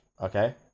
okay